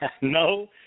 no